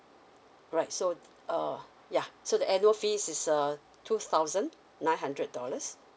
right so err ya so the annual fees is err two thousand nine hundred dollars